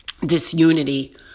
disunity